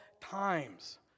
times